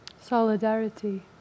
Solidarity